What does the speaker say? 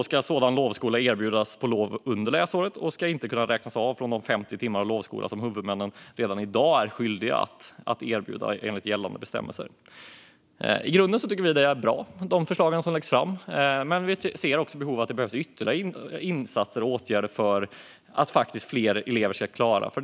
En sådan lovskola ska erbjudas på lov under läsåret och ska inte kunna räknas av från de 50 timmar lovskola som huvudmännen redan i dag är skyldiga att erbjuda enligt gällande bestämmelser. I grunden tycker Centerpartiet att de förslag som läggs fram är bra. Men vi ser också ett behov av ytterligare insatser och åtgärder för att fler elever ska klara målen.